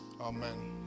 amen